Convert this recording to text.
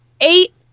eight